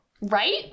Right